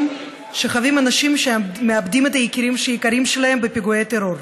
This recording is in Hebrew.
שחווים אנשים שמאבדים את היקרים שלהם בפיגועי טרור?